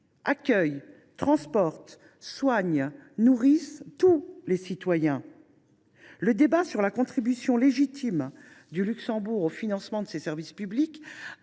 accueillent, transportent, soignent, nourrissent tous les citoyens. Le débat sur la contribution légitime du Luxembourg au financement des services publics